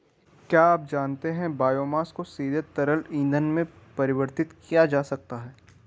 क्या आप जानते है बायोमास को सीधे तरल ईंधन में परिवर्तित किया जा सकता है?